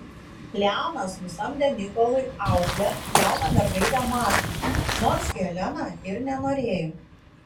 leonas nusamdė nikolui auklę jauną mergaitę martą nors helena ir nenorėjo